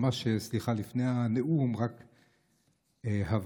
ממש סליחה, לפני הנאום, רק הבהרה,